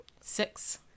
six